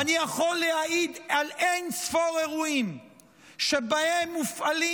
אני יכול להעיד על אין-ספור אירועים שבהם מופעלים